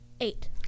eight